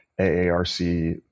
aarc